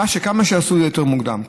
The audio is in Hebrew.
כמה שיעשו את זה יותר מוקדם,